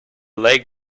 lake